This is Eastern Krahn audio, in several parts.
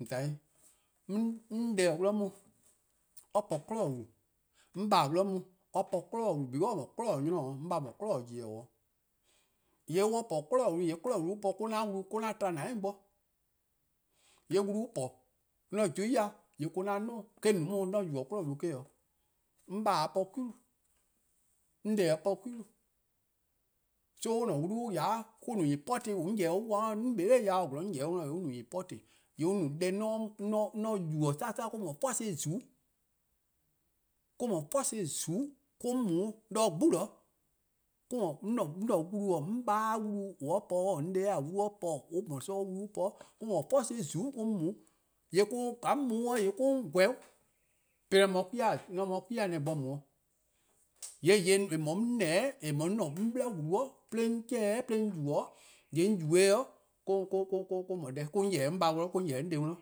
:On :tai', 'on 'de :or 'wluh-a 'on or po 'kwinehbo:-wlu:, 'on :baa' :or 'wluh-a or po 'kwinehbo:-wlu because or :mor 'kwinehbo:-nynor 'o, 'on :baa' no 'kwinehbo:-nyor-kpalu:. :yee' mor on po 'kwinehbo: wlu, :yee' :mor on po 'kwinehbo: :yee' 'kwinehbo: wlu an po-a mo-: 'an to 'dou'+ bo. :yee' wlu on po-a :mor 'on pobo-uh ya :yee' mo-: 'on 'duo:-', eh-: no-eh 'de 'on yubo 'kwinehbo: wlu. 'On :baa'-a' po 'kwi-wlu,'on 'da-a po 'kwi-wlu, so an wlu an :ya-a 'de mo-: no important :on 'on yeh-dih-uh-a 'kwa, 'on kpa dha yao 'zorn 'on yeh-dih-uh :yee' on no important' :yee' on no deh 'on 'ye-a 'sa'sa., mo-: no first :zuke'. Mor-: no first :zuku' 'on mu 'de 'gbu. Mo-: 'an-a: wlu, 'on :baa-a wlu-: 'on 'de-a wlu or po-a-: an po-a wlu or po-a-: me ne-a 'sororn, me-' no first :zuku' 'on mu-', :ka 'on mu-a :yee' mo-: 'on :gweh 'de. 'de jorwor: an mu de 'kwi-a ne bo mu-'. :yee' :yeh :eh no-a neh, :eh no-a 'on 'bli wlu 'de on chean'-a' 'de 'on yubo-a, :yee' 'on yubo-eh mo-: :mor deh 'on :yeh-dih 'de 'on :baa 'worn, 'on :yeh 'de 'on 'de 'worn.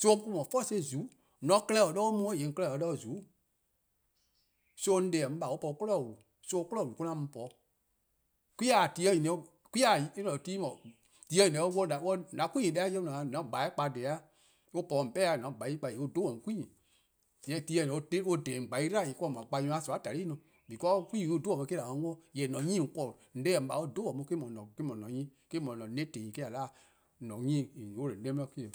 so mo-: no first :zuku, :mor cleaver 'de on 'di :yee' :on cleaver 'de :zuku'-'. So, 'on 'de-: 'dekorn: 'on :baa' an po 'kwinehbo:-wlu: so 'kwinehbo: mo-: 'an mu po-'. 'Kwi-a 'kwa-'nyne :deh 'an no-a, :on 'ye gbeh kpa :dhih 'o. an po-dih :on 'sleh dih :on 'ye gbeh kpa :yee' on 'dhu-dih "on 'kwi-nyne:, :yee' :mor ti nyne 'o :yee' on :dhe-dih gbeh+ 'dlu, :yee' :mor kpa nyo-a :soon:+-a :talu'+ 'i, because 'kwi-nyne: on 'dhu-dih on me-: :an mu 'worn. Jorwor: an 'nyne :on 'ble-a :on 'de-: 'dekorn: :baa' on 'dhu-a me-: no an nyne, me-: no an native 'nyne, me-: :a 'da-dih 'nyne :on :za 'de :on 'de 'di me 'o.